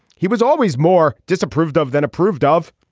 he was always more disapproved of than approved of.